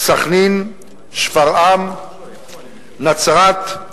סח'נין, שפרעם, נצרת,